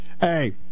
Hey